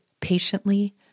patiently